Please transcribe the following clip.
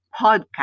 podcast